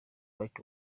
rights